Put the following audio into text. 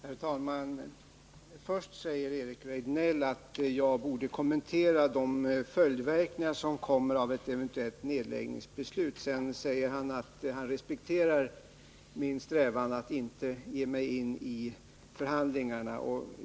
Herr talman! Först säger Eric Rejdnell att jag borde kommentera följdverkningarna av ett eventuellt nedläggningsbeslut. Sedan säger han att han respekterar min strävan att inte gå in i förhandlingarna.